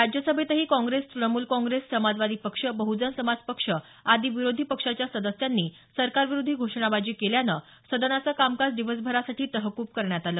राज्यसभेतही काँग्रेस तृणमूल काँग्रेस समाजवादी पक्ष बहुजन समाज पक्ष आदी विरोधी पक्षाच्या सदस्यांनी सरकारविरोधी घोषणाबाजी केल्यानं सदनाचं कामकाज दिवसभरासाठी तहकूब करण्यात आलं